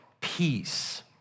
peace